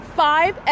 five